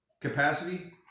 Capacity